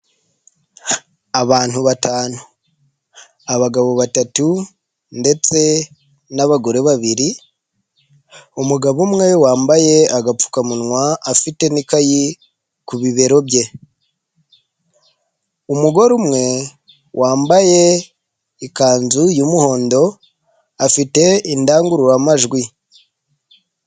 Abantu batanu, abagabo batatu ndetse n'abagore babiri, umugabo umwe wambaye agapfukamunwa afite n'ikayi ku bibero bye, umugore umwe wambaye ikanzu y'umuhondo afite indangururamajwi.